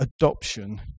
adoption